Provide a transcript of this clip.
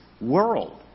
world